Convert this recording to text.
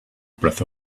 breath